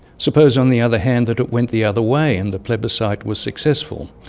suppose on the other hand that it went the other way and the plebiscite was successful.